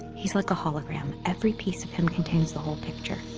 he's like a hologram every piece of him contains the whole picture,